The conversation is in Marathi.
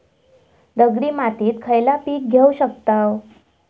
दगडी मातीत खयला पीक घेव शकताव?